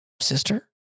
Sister